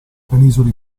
penisola